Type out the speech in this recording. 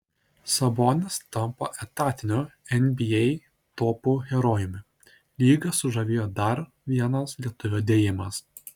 sabonis tampa etatiniu nba topų herojumi lygą sužavėjo dar vienas lietuvio dėjimas